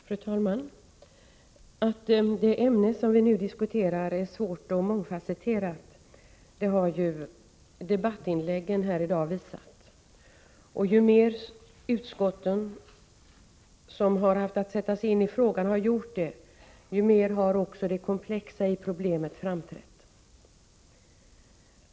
Fru talman! Att det ämne vi nu diskuterar är svårt och mångfasetterat har debattinläggen här i dag visat. Ju mer de utskott som haft att sätta sig in i frågan har gjort det, desto mer har det komplexa i problemet framträtt.